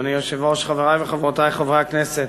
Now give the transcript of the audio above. אדוני היושב-ראש, חברי וחברותי חברי הכנסת,